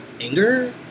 anger